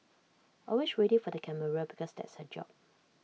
always ready for the camera because that's her job